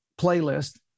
playlist